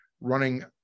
running